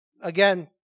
again